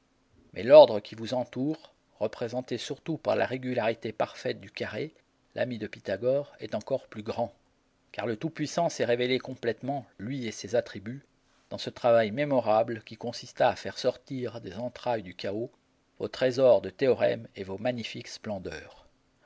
mais l'ordre qui vous entoure représenté surtout par la régularité parfaite du carré l'ami de pythagore est encore plus grand car le tout-puissant s'est révélé complètement lui et ses attributs dans ce travail mémorable qui consista à faire sortir des entrailles du chaos vos trésors de théorèmes et vos magnifiques splendeurs